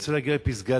ורוצה להגיע לפסגת-זאב,